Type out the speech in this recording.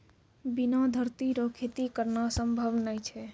बिना धरती रो खेती करना संभव नै छै